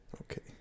Okay